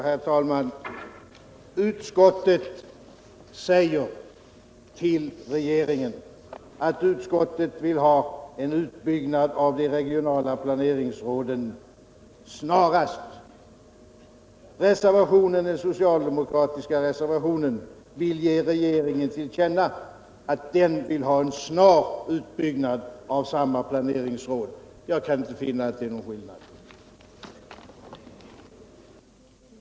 Herr talman! Utskottet säger till regeringen att utskottet vill ha en utbyggnad av de regionala planeringsråden snarast. Den socialdemokratiska reservationen vill ge regeringen till känna att den vill ha en snar utbyggnad av samma planeringsråd. Jag kan inte finna att det är någon skillnad mellan de uttalandena.